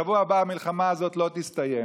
בשבוע הבא המלחמה הזו לא תסתיים.